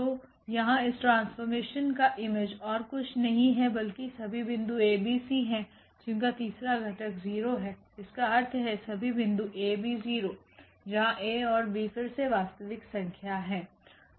तो यहाँ इस ट्रांसफॉर्मेशन का इमेज ओर कुछ नहीं है बल्कि सभी बिंदु abc है जिनका तीसरा घटक 0 है इसका अर्थ है सभी बिंदु 𝑎𝑏0 जहांa और b फिर से वास्तविक संख्या है